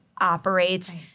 operates